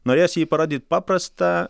norėjos jį parodyt paprastą